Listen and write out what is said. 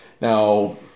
now